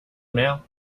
now